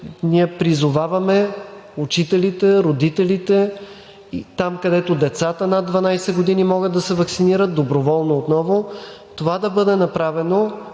ние призоваваме учителите, родителите, там, където децата над 12 години могат да се ваксинират, доброволно отново, това да бъде направено,